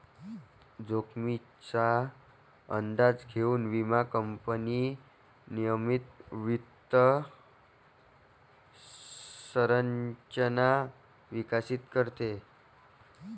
जोखमीचा अंदाज घेऊन विमा कंपनी नियमित वित्त संरचना विकसित करते